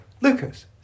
Lucas